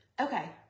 Okay